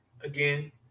again